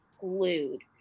glued